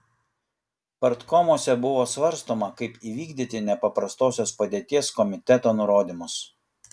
partkomuose buvo svarstoma kaip įvykdyti nepaprastosios padėties komiteto nurodymus